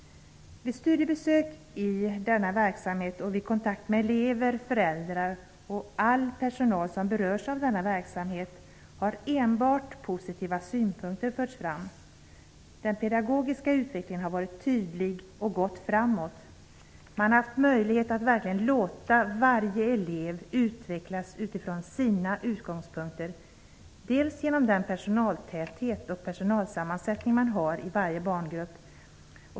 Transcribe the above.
Vid studiebesök i denna verksamhet och vid kontakt med elever, föräldrar och all personal som berörs av denna verksamhet har enbart positiva synpunkter förts fram. Den pedagogiska utvecklingen har varit tydlig och gått framåt. Man har haft möjlighet att verkligen låta varje elev utvecklas utifrån sina utgångspunkter, bl.a. genom den personaltäthet och personalsammansättning man har i varje barngrupp.